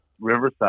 Riverside